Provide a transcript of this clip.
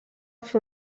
fer